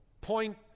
Point